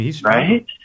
Right